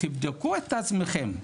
תבדקו את עצמכם,